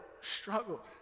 struggle